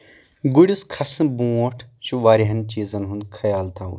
گُرِس کھسن برٛونٛٹھ چھُ واریاہن چیٖزن ہُنٛد خیال تھوُن